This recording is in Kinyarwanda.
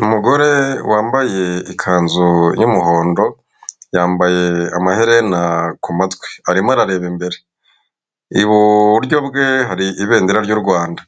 Umugore wambaye ikanzu y'umuhondo, yambaye amaherena ku matwi. Arimo arareba imbere. Iburyo bwe hari ibendera ry'u Rwanda.